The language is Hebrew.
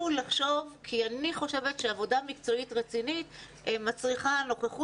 כי אני חושבת שעבודה מקצועית רצינית מצריכה נוכחות סדירה,